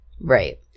Right